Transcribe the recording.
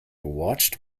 watched